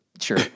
sure